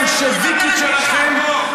הבולשביקית שלכם, אתם, את הבושה שלכם איבדתם.